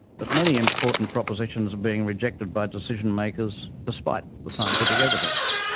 but many important propositions are being rejected by decision-makers despite the scientific evidence.